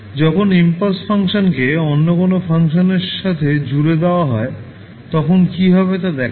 যখন impulse function কে অন্য কোনও ফাংশন এর সাথে জুড়ে দেওয়া হয় তখন কি হবে তা দেখা যাক